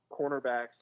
cornerbacks